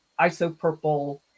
isopurple